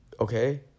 Okay